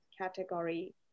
category